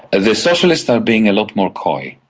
the socialists are being a lot more coy.